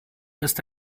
ist